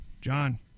John